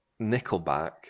Nickelback